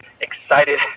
excited